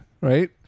right